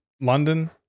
London